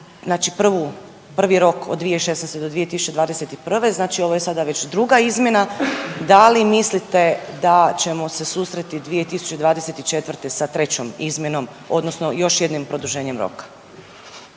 znači prvi rok od 2016.-2021. znači ovo je sada već druga izmjena, da li mislite da ćemo se susresti 2024. sa trećom izmjenom odnosno još jednim produženjem roka?